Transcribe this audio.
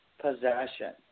possession